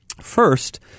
First